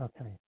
Okay